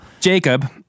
Jacob